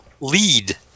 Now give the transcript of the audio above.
lead